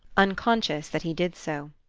unconscious that he did so.